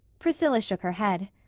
priscilla shook her head.